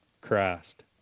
Christ